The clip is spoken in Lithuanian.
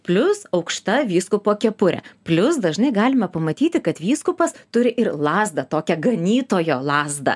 plius aukšta vyskupo kepurė plius dažnai galime pamatyti kad vyskupas turi ir lazdą tokią ganytojo lazdą